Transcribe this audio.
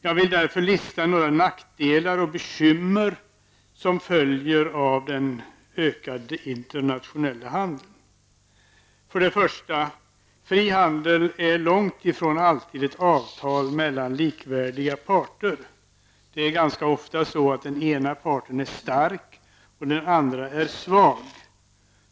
Jag vill lista några nackdelar och bekymmer som följer av den ökade internationella handeln. Fri handel är långt i från alltid ett avtal mellan likvärdiga parter. Det är ganska ofta så att den ena parten är stark och den andra är svag.